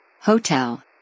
Hotel